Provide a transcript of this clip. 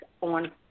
on